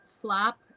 flop